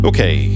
Okay